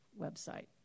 website